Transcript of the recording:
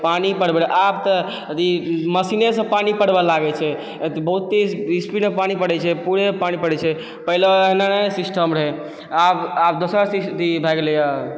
पानि पटबऽ आब तऽ अथी मशीने से पानि पटबऽ लागै छै बहुते स्पीडमे पानि पड़ै छै पूरे पानि पड़ै छै पहिले एना नहि सिस्टम रहै आब आब दोसर सि अथी भए गेलै हइ